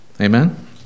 Amen